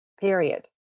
period